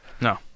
no